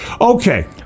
Okay